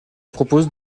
propose